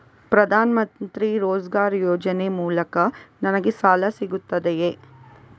ಪ್ರದಾನ್ ಮಂತ್ರಿ ರೋಜ್ಗರ್ ಯೋಜನೆ ಮೂಲಕ ನನ್ಗೆ ಸಾಲ ಸಿಗುತ್ತದೆಯೇ?